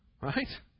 Right